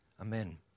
Amen